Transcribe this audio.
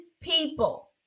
people